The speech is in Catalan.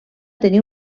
tenir